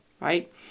right